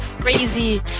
crazy